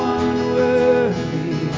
unworthy